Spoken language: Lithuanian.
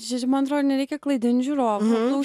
man atrodo nereikia klaidint žiūrovų